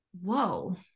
whoa